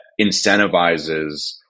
incentivizes